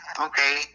okay